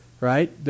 right